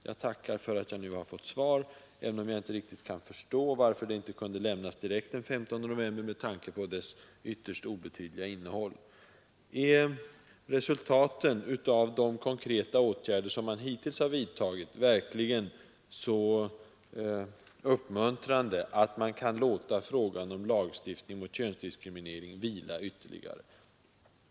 Jag tackar för att jag nu har fått svar, även om jag inte riktigt kan förstå varför det inte kunde ha lämnats direkt den 15 november med tanke på dess ytterst obetydliga innehåll. Är resultaten av de konkreta åtgärder som man hittills har vidtagit verkligen så uppmuntrande att man kan låta frågan om lagstiftning mot könsdiskriminering vila ytterligare?